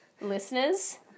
Listeners